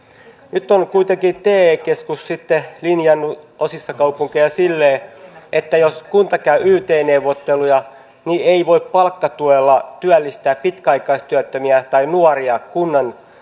nyt on kuitenkin te keskus sitten linjannut osissa kaupunkeja silleen että jos kunta käy yt neuvotteluja niin ei voi palkkatuella työllistää pitkäaikaistyöttömiä tai nuoria kunnan